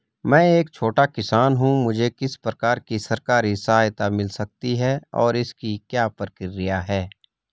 मैं एक छोटा किसान हूँ मुझे किस प्रकार की सरकारी सहायता मिल सकती है और इसकी क्या प्रक्रिया है?